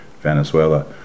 Venezuela